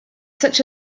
such